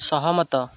ସହମତ